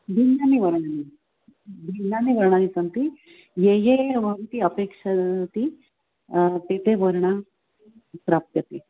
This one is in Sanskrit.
भिन्नाः वर्णाः भिन्नाः वर्णाः सन्ति ये ये इति अपेक्षन्ते ते ते वर्णाः प्राप्यन्ते